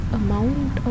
amount